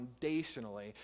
foundationally